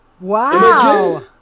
Wow